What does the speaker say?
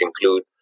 include